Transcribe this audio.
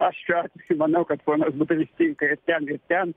aš šiuo atveju manau kad ponas budrys tinka ir ten ir ten